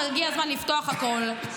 והגיע הזמן לפתוח הכול.